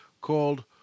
called